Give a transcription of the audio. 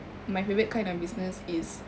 my favourite kind of business is